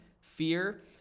fear